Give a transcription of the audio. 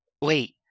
wait